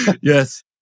Yes